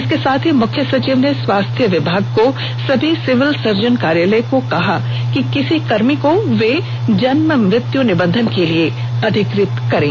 इसके साथ ही मुख्य सचिव ने स्वास्थ्य विभाग को सभी सिविल सर्जन कार्यालय को कहा है कि किसी कर्मी को जन्म मृत्यू निबंधन के लिए अधिकृत करें